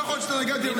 לא יכול להיות שאת הנגד,